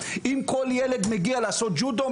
אם כל ילד מגיע לעשות ג'ודו,